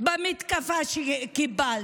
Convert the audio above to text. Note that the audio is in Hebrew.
במתקפה שקיבלת.